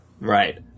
Right